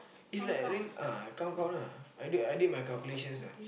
is like really ah count count lah I did I did my calculations ah